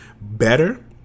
better